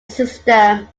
system